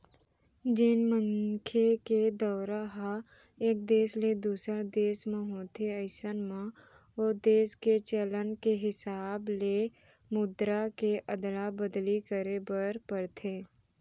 जेन मनखे के दौरा ह एक देस ले दूसर देस म होथे अइसन म ओ देस के चलन के हिसाब ले मुद्रा के अदला बदली करे बर परथे